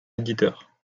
éditeur